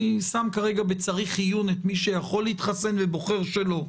שם כרגע בצריך עיון את מי שיכול להתחסן ובוחר שלא,